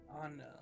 on